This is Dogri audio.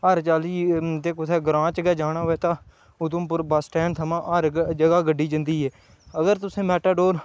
हर चाल्ली दे कुसै ग्रांऽ च गै जाना होऐ तां उधमपुर बस्स स्टैंड थमां हर जगह् गड्डी जंदी ऐ अगर तुसें मैटाडोर